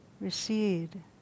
recede